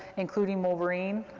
including wolverine,